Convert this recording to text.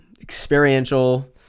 Experiential